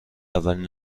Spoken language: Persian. اولین